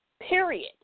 Period